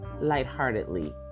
lightheartedly